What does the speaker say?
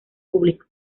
público